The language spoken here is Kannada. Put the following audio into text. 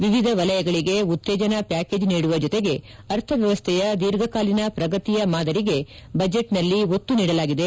ವಿವಿಧ ವಲಯಗಳಗೆ ಉತ್ತೇಜನ ಪ್ಯಾಕೇಜ್ ನೀಡುವ ಜೊತೆಗೆ ಅರ್ಥವ್ವವಸ್ಥೆಯ ದೀರ್ಘಕಾಲಿನ ಪ್ರಗತಿಯ ಮಾದರಿಗೆ ಬಜೆಟ್ನಲ್ಲಿ ಒತ್ತು ನೀಡಲಾಗಿದೆ